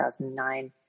2009